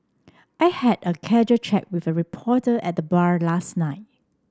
I had a casual chat with a reporter at the bar last night